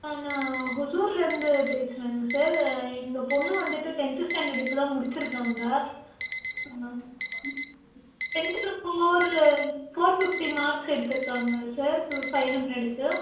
நான் ஓசூரிலருந்து பேசுகிறேங்க சார் எங்கள் பொண்ணு வந்துட்டு டென்த் ஸ்டாண்டர்ட் இப்போதான் முடிச்சுருக்காங்க டென்த்தில் ஸ்கோர் ஃபோர் ஃபிப்டி மார்க்ஸ் எடுத்திருக்காங்க சார் ஃபைவ் ஹண்ட்ரேட்டுக்கு